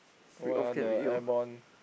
got what ah the airborne